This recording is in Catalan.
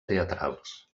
teatrals